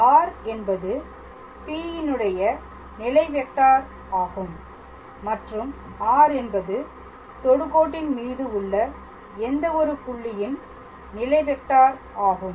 r என்பது P ன் உடைய நிலை வெக்டார் ஆகும் மற்றும் R என்பது தொடுகோட்டின் மீது உள்ள எந்த ஒரு புள்ளியின் நிலை வெக்டார் ஆகும்